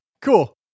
Cool